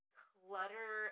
clutter